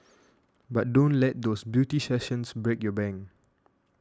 but don't let those beauty sessions break your bank